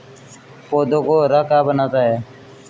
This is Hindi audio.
पौधों को हरा क्या बनाता है?